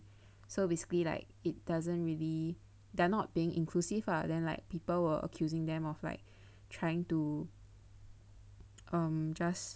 so basically like it doesn't really they are not being inclusive ah then like people were accusing them of like trying to um just